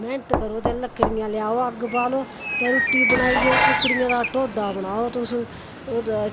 मैहनत करो ते लकड़ियां लेई आओ अग्ग बाल्लो ते रुट्टी बनाई लैओ कुक्कड़ियां दा ढोडा बनाओ तुस